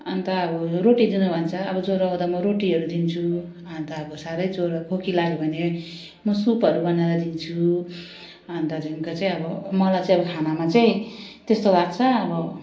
अन्त अब रोटी दिनु भन्छ अब ज्वरो आउँदा म रोटीहरू दिन्छु अन्त अब साह्रै ज्वरो खोकी लाग्यो भने म सुपहरू बनाएर दिन्छु अनि त्यहाँदेखिको चाहिँ अब मलाई चाहिँ अब खानामा चाहिँ त्यस्तो लाग्छ अब